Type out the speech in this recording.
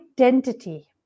identity